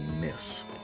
miss